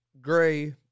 Gray